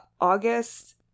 August